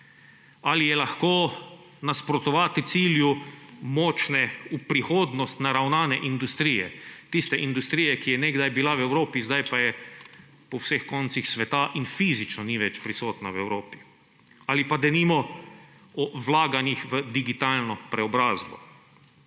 Ali je lahko nasprotovati cilju močne, v prihodnost naravnane industrije, tiste industrije, ki je nekdaj bila v Evropi, zdaj pa je po vseh koncih sveta in fizično ni več prisotna v Evropi? Ali pa denimo o vlaganjih v digitalno preobrazbo?